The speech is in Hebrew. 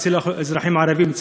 אצל האזרחים הערבים,